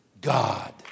God